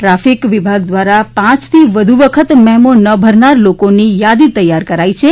traffic વિભાગ દ્રાવા પાંચથી વધુ વખત મેમો ન ભરનાર લોકોની યાદી તૈયાર કરાઇ છે